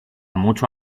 mucho